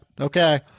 Okay